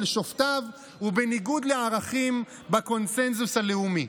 שופטיו ובניגוד לערכים בקונסנזוס הלאומי.